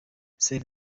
save